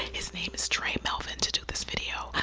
his name is tre melvin, to do this video,